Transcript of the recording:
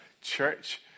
church